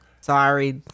Sorry